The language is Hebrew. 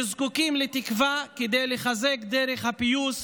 שזקוקים לתקווה כדי לחזק את דרך הפיוס,